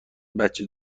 بچه